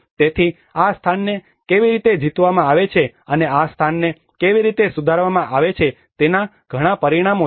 તેથી આ સ્થાનને કેવી રીતે જીતવામાં આવે છે અને આ સ્થાનને કેવી રીતે સુધારવામાં આવે છે તેના ઘણા પરિમાણો છે